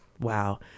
wow